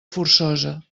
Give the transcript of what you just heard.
forçosa